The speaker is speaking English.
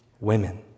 women